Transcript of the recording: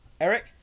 Eric